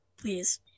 please